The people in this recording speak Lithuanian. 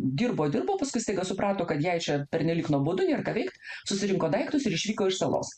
dirbo dirbo paskui staiga suprato kad jai čia pernelyg nuobodu nėr ką veikt susirinko daiktus ir išvyko iš salos